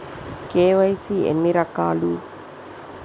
KYC ఎన్ని రకాలు?